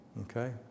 Okay